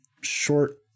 short